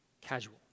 casual